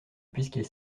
puisqu’il